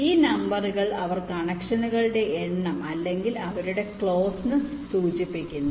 ഈ നമ്പറുകൾ അവർ കണക്ഷനുകളുടെ എണ്ണം അല്ലെങ്കിൽ അവരുടെ ക്ലോസ്നെസ് സൂചിപ്പിക്കുന്നു